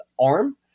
arm